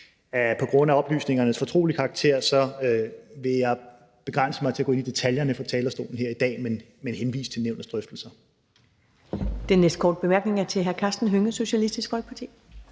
på grund af oplysningernes fortrolige karakter vil afholde mig fra at gå ned i detaljerne fra talerstolen her i dag, men henviser til Nævnets drøftelse.